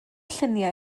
lluniau